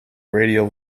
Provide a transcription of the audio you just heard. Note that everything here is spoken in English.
radial